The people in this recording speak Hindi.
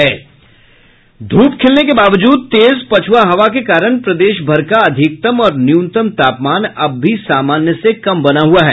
धूप खिलने के बावजूद तेज पछुआ हवा के कारण प्रदेश भर का अधिकतम और न्यूनतम तापमान अब भी सामान्य से कम बना हुआ है